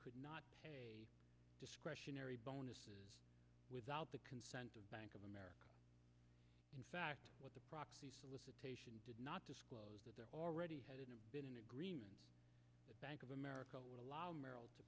could not pay discretionary bonuses without the consent of bank of america in fact what the proxy solicitation did not disclose that there already had been an agreement that bank of america will allow merrill to